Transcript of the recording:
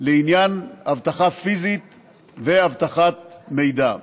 לעניין אבטחה פיזית ואבטחת מידע.